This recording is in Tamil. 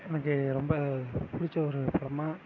எனக்கு ரொம்ப பிடிச்ச ஒரு படமாக